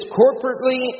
corporately